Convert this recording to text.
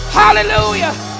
hallelujah